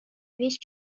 весь